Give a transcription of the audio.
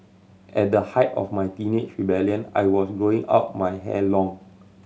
at the height of my teenage rebellion I was growing out my hair long